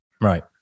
Right